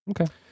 okay